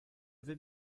vais